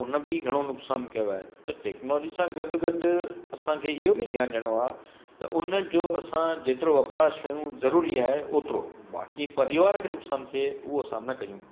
हुन बि घणो नुक़सानु कयो आहे त टेक्नोलॉजी सां गॾोगॾु असांखे इहो बि ध्यानु ॾियणो आहे त हुनजो असां जेतिरो वपराश कयूं ज़रूरी आहे ओतिरो बाक़ी परिवार खे नुक़सानु थिए उहो असां न कयूं